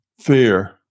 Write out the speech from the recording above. fear